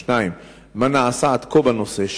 2. מה נעשה עד כה בנושא?